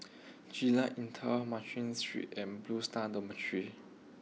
Jalan Intan Mcnally Street and Blue Stars Dormitory